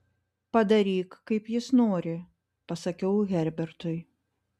padaryk kaip jis nori pasakiau herbertui